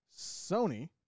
Sony